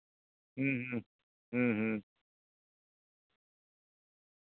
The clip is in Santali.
ᱦᱩᱸ ᱦᱩᱸ ᱦᱩᱸ ᱦᱩᱸ